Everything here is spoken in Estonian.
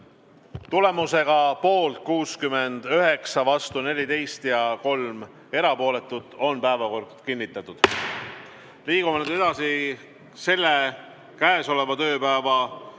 Tulemusega poolt 69, vastu 14 ja 3 erapooletut, on päevakord kinnitatud. Liigume nüüd edasi käesoleva tööpäeva